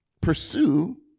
pursue